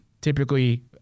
typically